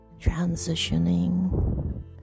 transitioning